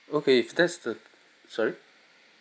okay if that's the sorry